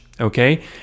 okay